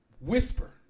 Whisper